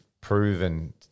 proven